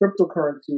cryptocurrency